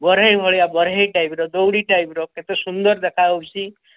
ବରେହି ଭଳିଆ ବରେହି ଟାଇପର ଦଉଡ଼ି ଟାଇପର କେତେ ସୁନ୍ଦର ଦେଖା ହେଉଛି